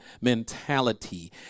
mentality